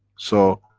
so,